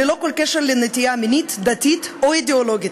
ללא כל קשר לנטייה מינית, דתית או אידיאולוגית.